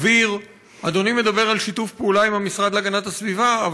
הוא הראשון שהוקמה בו אמנה בין-לאומית לשמירה על